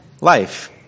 life